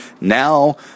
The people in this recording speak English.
Now